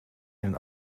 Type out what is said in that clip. een